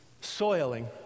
soiling